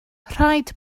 rhaid